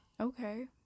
Okay